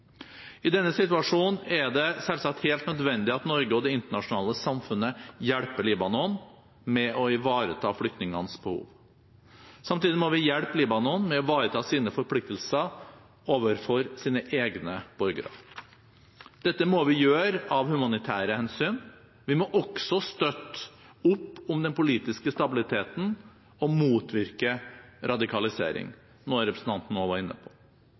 I denne situasjonen er det selvsagt helt nødvendig at Norge og det internasjonale samfunnet hjelper Libanon med å ivareta flyktningenes behov. Samtidig må vi hjelpe Libanon med å ivareta sine forpliktelser overfor egne borgere. Dette må vi gjøre av humanitære hensyn. Vi må også støtte opp om den politiske stabiliteten og motvirke radikalisering, noe som representanten Aukrust også var inne på.